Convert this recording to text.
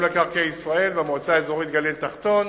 מקרקעי ישראל ושל המועצה האזורית גליל תחתון,